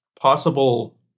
possible